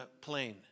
plane